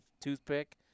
toothpick